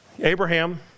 Abraham